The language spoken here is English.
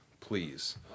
please